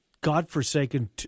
godforsaken